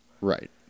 Right